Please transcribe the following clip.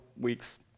weeks